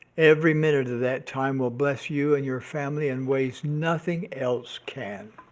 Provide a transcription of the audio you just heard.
every minute of that time will bless you and your family in ways nothing else can.